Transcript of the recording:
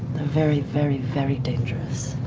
very, very, very dangerous.